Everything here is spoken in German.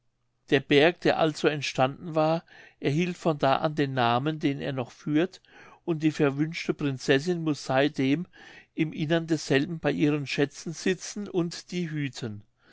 der berg der also entstanden war erhielt von da an den namen den er noch führt und die verwünschte prinzessin muß seitdem im innern desselben bei ihren schätzen sitzen und die hüten